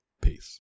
Peace